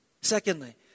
Secondly